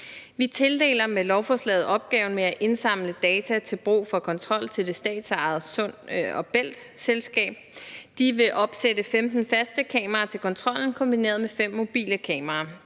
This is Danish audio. Vi tildeler med lovforslaget opgaven med at indsamle data til brug for kontrol til det statsejede Sund & Bælt-selskab. De vil opsætte 15 faste kameraer til kontrollen kombineret med 5 mobile kameraer.